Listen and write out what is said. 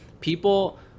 people